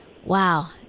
Wow